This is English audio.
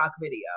video